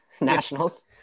Nationals